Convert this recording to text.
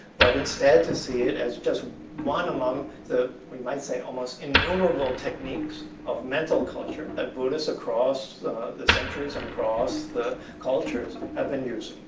but instead, to see it as just one among the, we might say, almost innumerable techniques of mental culture that buddhists across the the centuries and across the cultures have been using.